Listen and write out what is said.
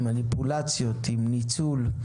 עם מניפולציות, ניצול.